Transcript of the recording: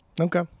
okay